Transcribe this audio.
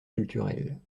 culturelle